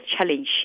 challenge